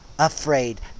Afraid